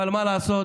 אבל מה לעשות,